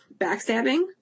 backstabbing